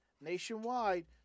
nationwide